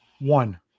One